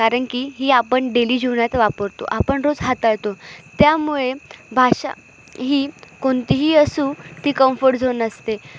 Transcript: कारणकी ही आपण डेली जीवनात वापरतो आपण रोज हाताळतो त्यामुळे भाषा ही कोणतीही असो ती कम्फर्ट झोन असते